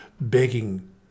begging